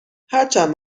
هرچند